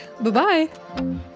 Bye-bye